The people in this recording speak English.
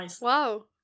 Wow